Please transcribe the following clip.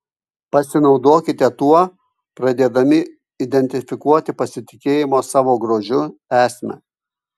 pasinaudokite tuo pradėdami identifikuoti pasitikėjimo savo grožiu esmę